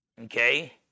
Okay